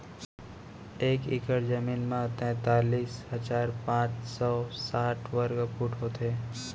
एक एकड़ जमीन मा तैतलीस हजार पाँच सौ साठ वर्ग फुट होथे